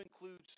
includes